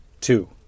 Two